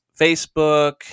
Facebook